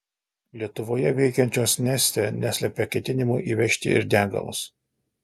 lietuvoje veikiančios neste neslepia ketinimų įvežti ir degalus